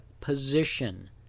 position